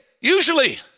usually